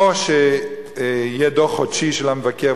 או שיהיה דוח חודשי של המבקר,